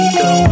go